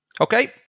Okay